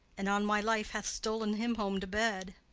and, on my life, hath stol'n him home to bed.